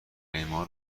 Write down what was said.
اما